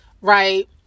right